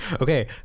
Okay